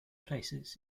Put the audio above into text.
places